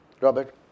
Robert